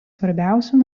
svarbiausių